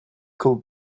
could